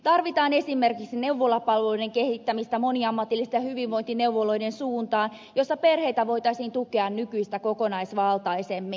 tarvitaan esimerkiksi neuvolapalveluiden kehittämistä moniammatillisten hyvinvointineuvoloiden suuntaan niin että perheitä voitaisiin tukea nykyistä kokonaisvaltaisemmin